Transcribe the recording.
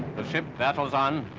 the ship battles on,